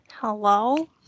Hello